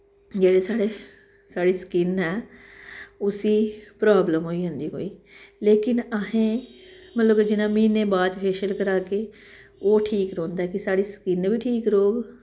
जेह्ड़ी साढ़ी साढ़ी स्किन ऐ उसी प्रॉब्लम होई जंदी कोई लेकिन अहें मतलब कि जियां म्हीने बाद फेशल करागे ओह् ठीक रौंह्दा ऐ कि साढ़ी स्किन बी ठीक रौह्ग